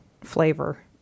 flavor